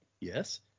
Yes